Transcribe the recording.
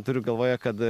turiu galvoje kad